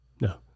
no